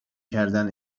کردن